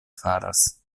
faras